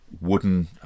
wooden